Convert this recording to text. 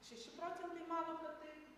šeši procentai mano kad taip